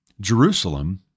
Jerusalem